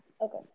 Okay